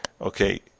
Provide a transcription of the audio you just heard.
okay